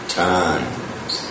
times